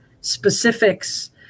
Specifics